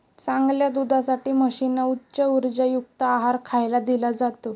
चांगल्या दुधासाठी म्हशींना उच्च उर्जायुक्त आहार खायला दिला जातो